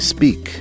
Speak